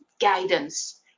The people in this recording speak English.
guidance